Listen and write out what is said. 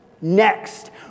next